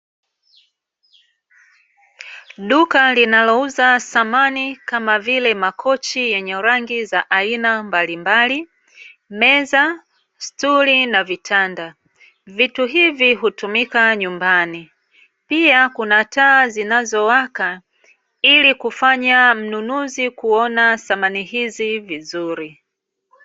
Duka linalouza samani, kama vile; makochi yenye rangi za aina mbalimbali, meza, stuli na vitanda. Vitu hivi hutumika nyumbani. Pia kuna taa zinazowaka, ili kufanya mnunuzi kuona samani hivi vizuri.